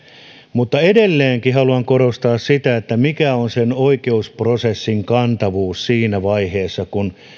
mutta edelleenkin haluan korostaa sitä mikä on sen oikeusprosessin kantavuus siinä vaiheessa kun